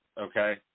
okay